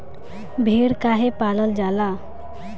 भेड़ काहे पालल जाला?